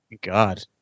God